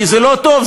כי זה לא טוב,